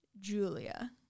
julia